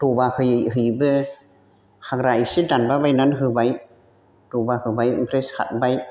दबा होयै होयैबो हाग्रा इसे दानबाय बायनानै होबाय दबा होबाय ओमफ्राय सारबाय